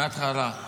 מההתחלה.